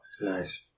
Nice